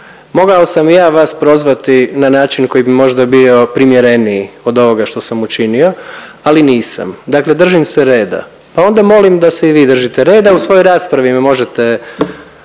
mogao sam i ja vas prozvati na način koji bi možda bio primjereniji od ovoga što sam učinio, ali nisam, dakle držim se reda pa onda molim da se i vi držite reda. U svojoj raspravi me možete